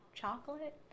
Chocolate